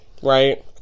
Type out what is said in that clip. Right